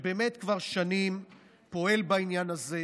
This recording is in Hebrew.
שכבר שנים פועל בעניין הזה,